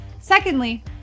Secondly